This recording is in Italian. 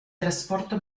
trasporto